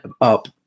up